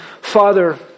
Father